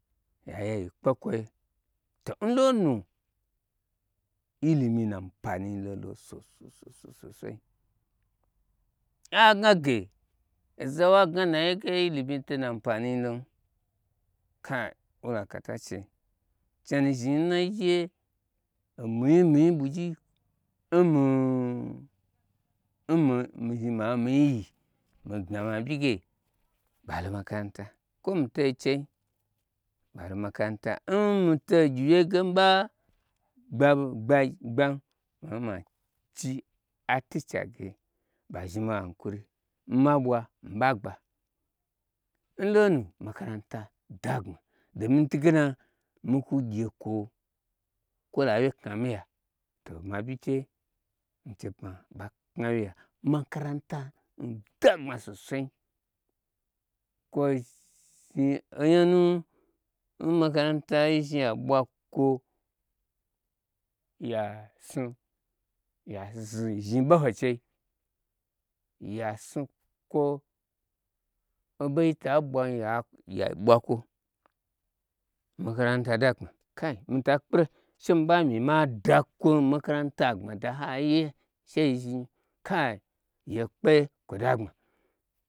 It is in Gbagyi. Ya ye yi kpe kwoye, to n lonu ilimi nna ampani lo so san n ha gna ge zawa gnanai ye ge ilimi to n nam pani lom kai luda kata che chenu zhni n naiye ominyi mii nyi ɓwugyi nmi mi zhni ma mi nyi yi magna ma ɓyi ge ɓalo makaranta kwo mito chei ɓalo makaranta n mitei ngyi wye n mi ba gba ma chi atichage ɓa zhni mi ankuri, nma bwa mi ɓa gba nlonu makaranta dagbma domi ntungena mi kwu gye kwo kwola wye kna mi ya to oma byi che mi chei pma ɓa kna wye ya makaranta ndagbma sosain kwo zhni onyanu n makaranta yi zhni ya ɓwa kwo sun ya zhni ɓoho n chei ya snukwu oɓo nyi ta ɓwan ya gbakwon chei makaranta dagbma kai mita kpelon shemi ɓami madar kwon makaranta agbmada n haiye she yi zhin kai yekpe kwo dagbma.